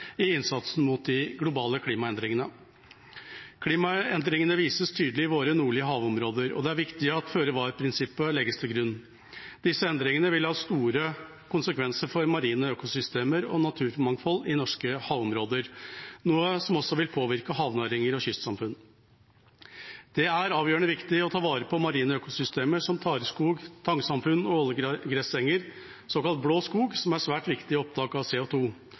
i innsatsen mot de globale klimaendringene. Klimaendringene vises tydelig i våre nordlige havområder, og det er viktig at føre-var-prinsippet legges til grunn. Disse endringene vil ha store konsekvenser for marine økosystemer og naturmangfold i norske havområder, noe som også vil påvirke havnæringer og kystsamfunn. Det er avgjørende viktig å ta vare på marine økosystemer som tareskog, tangsamfunn og ålegressenger, såkalt blå skog, som er svært viktige i opptak av